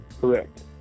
Correct